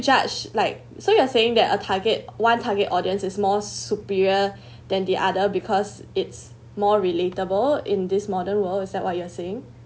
judge like so you are saying that a target one target audience is more superior than the other because it's more relatable in this modern world is that what you are saying